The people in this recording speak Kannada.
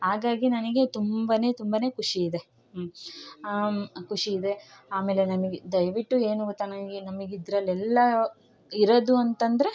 ಹಾಗಾಗಿ ನನಗೆ ತುಂಬ ತುಂಬ ಖುಷಿ ಇದೆ ಖುಷಿ ಇದೆ ಆಮೇಲೆ ನನಗೆ ದಯವಿಟ್ಟು ಏನು ಗೊತ್ತ ನನಗೆ ನಮಗ್ ಇದರಲ್ಲೆಲ್ಲ ಇರೋದು ಅಂತಂದರೆ